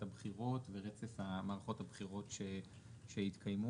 הבחירות ורצף מערכות הבחירות שהתקיימו,